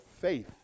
faith